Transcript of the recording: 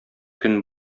көн